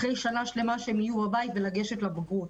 אחרי שנה שלמה שהם יהיו בבית ולגשת לבגרות.